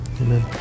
Amen